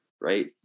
right